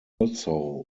also